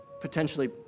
potentially